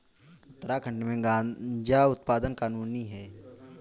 उत्तराखंड में गांजा उत्पादन कानूनी है